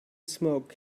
smoke